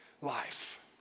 life